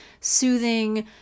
soothing